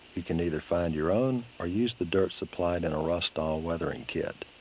you can either find your own, or use the dirt supplied in a rustall weathering kit.